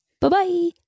Bye-bye